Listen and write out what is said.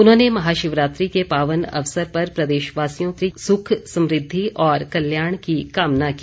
उन्होंने महाशिवरात्रि के पावन अवसर पर प्रदेशवासियों के सुख समृद्धि और कल्याण की कामना की